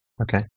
Okay